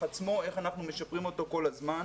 עצמו איך אנחנו משפרים אותו כל הזמן.